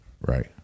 Right